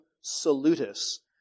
salutis